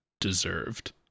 deserved